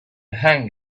hang